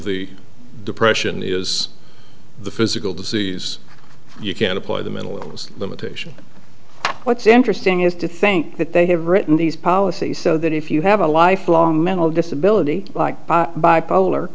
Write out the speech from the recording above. the depression is the physical disease you can apply the mental illness limitation what's interesting is to think that they have written these policies so that if you have a lifelong mental disability bipolar